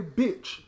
bitch